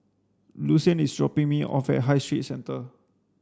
Lucian is dropping me off at High Street Centre